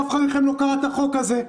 ואף אחד לא קרא את החוק הזה,